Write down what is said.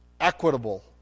equitable